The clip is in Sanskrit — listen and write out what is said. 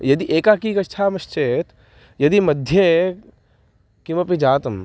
यदि एकाकी गच्छामश्चेत् यदि मध्ये किमपि जातम्